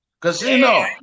Casino